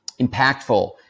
impactful